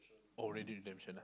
oh ready redemption ah